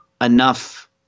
enough